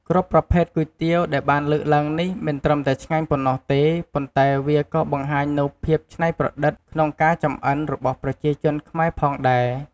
គ្រប់ប្រភេទគុយទាវដែលបានលើកឡើងនេះ មិនត្រឹមតែឆ្ងាញ់ប៉ុណ្ណោះទេ ប៉ុន្តែវាក៏បង្ហាញនូវភាពច្នៃប្រឌិតក្នុងការចម្អិនរបស់ប្រជាជនខ្មែរផងដែរ។